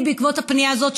בעקבות הפנייה הזאת,